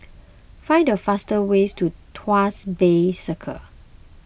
find the fastest way to Tuas Bay Circle